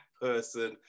person